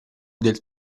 del